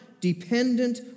dependent